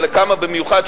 אבל לכמה במיוחד,